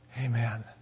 Amen